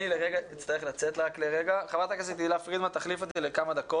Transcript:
אני אצטרך לצאת לכמה דקות וחברת הכנסת תהלה פרידמן תחליף אותי.